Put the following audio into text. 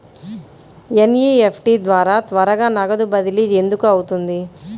NEFT ద్వారా త్వరగా నగదు బదిలీ ఎందుకు అవుతుంది?